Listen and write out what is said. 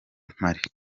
mpari